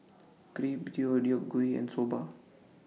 Crepe Deodeok Gui and Soba